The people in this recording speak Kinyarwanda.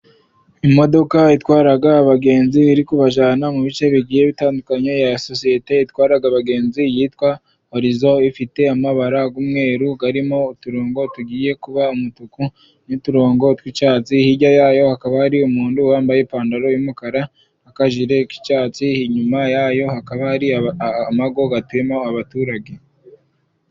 Imodoka itwara abagenzi iri kubajyana mu bice bigiye bitandukanye ya sosiyete itwara abagenzi yitwa orizo ifite amabara y'umweru arimo uturongo tugiye kuba umutuku n'uturongo tw'icyatsi hirya yayo hakaba ari umuntu wambaye ipantaro y'umukara n'akajiri kicyatsi inyuma yayo hakaba hari amago atuyemo abaturage.